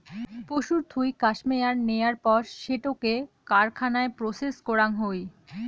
পশুর থুই কাশ্মেয়ার নেয়ার পর সেটোকে কারখানায় প্রসেস করাং হই